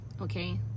Okay